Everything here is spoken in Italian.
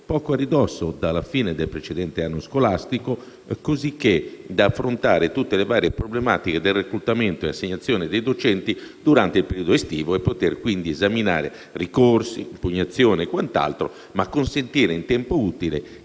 poco a ridosso dalla fine del precedente anno scolastico, così da affrontare tutte le varie problematiche del reclutamento e assegnazione dei docenti durante il periodo estivo, potendo esaminare ricorsi, impugnazioni e quant'altro in tempo utile